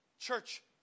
church